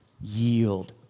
yield